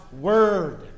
word